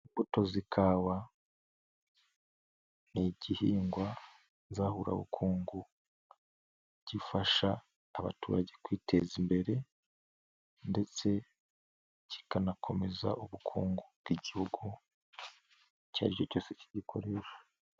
Imbuto z'ikawa ni igihingwa nzahubukungu gifasha abaturage kwiteza imbere ndetse kikanakomeza ubukungu bw'igihugu icyo ari cyo cyose kigikoresha.